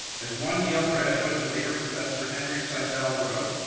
as one yale graduate and later professor henry seidel wrote,